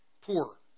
poor